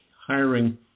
hiring